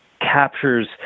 captures